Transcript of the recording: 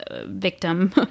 victim